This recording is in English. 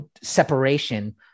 separation